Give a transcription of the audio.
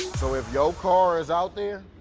so if your car is out there,